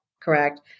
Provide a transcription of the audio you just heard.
correct